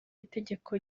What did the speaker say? itegeko